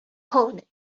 colony